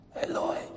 Eloi